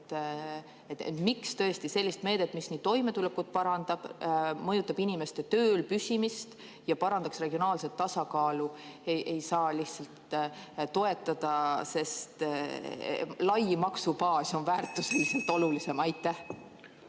Miks sellist meedet, mis toimetulekut parandab, mõjutab inimeste tööl püsimist ja parandab regionaalset tasakaalu, ei saa lihtsalt toetada, sest lai maksubaas on väärtuseliselt olulisem? Aitäh,